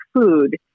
food